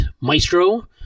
Maestro